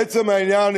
לעצם העניין,